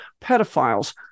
pedophiles